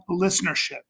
listenership